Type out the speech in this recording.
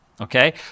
Okay